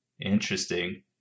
interesting